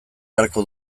beharko